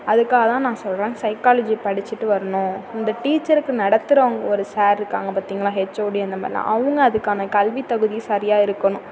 அதுக்காக தான் நான் சொல்கிறேன் சைக்காலஜியை படிச்சுட்டு வரணும் இந்த டீச்சருக்கு நடத்துறவங்க ஒரு சார் இருக்காங்க பார்த்தீங்களா ஹெச்ஓடி இந்த மாதிரிலாம் அவங்க அதுக்கான கல்வி தகுதி சரியாக இருக்கணும்